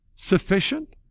sufficient